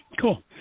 Cool